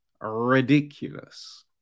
ridiculous